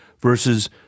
Versus